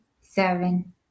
seven